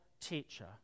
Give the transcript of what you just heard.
teacher